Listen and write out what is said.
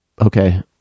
Okay